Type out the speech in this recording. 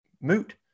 moot